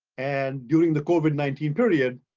and during the covid nineteen period,